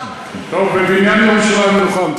בבניין ציון ננוחם.